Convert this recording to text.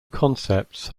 concepts